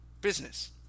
business